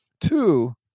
Two